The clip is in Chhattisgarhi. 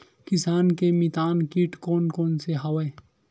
किसान के मितान कीट कोन कोन से हवय?